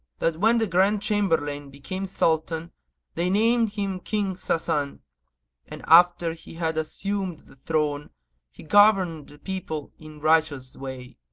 that when the grand chamberlain became sultan they named him king sasan and after he had assumed the throne he governed the people in righteous way.